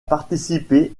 participé